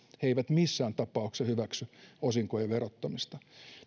he eivät missään tapauksessa hyväksy osinkojen verottamista